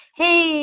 hey